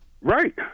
Right